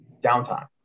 downtime